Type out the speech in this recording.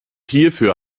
hierfür